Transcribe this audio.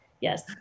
yes